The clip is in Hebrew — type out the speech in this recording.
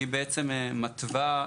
שהיא מתווה,